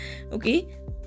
okay